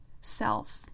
self